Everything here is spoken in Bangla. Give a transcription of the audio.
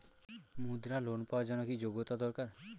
মুদ্রা লোন পাওয়ার জন্য কি যোগ্যতা দরকার?